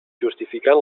justificant